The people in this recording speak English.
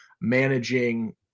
managing